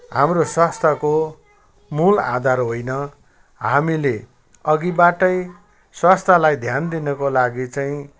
हाम्रो स्वास्थ्यको मूल आधार होइन हामीले अघिबाटै स्वास्थ्यलाई ध्यान दिनको लागि चाहिँ